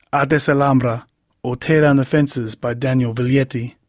ah desalambrar or tear down the fences, by daniel viglietti,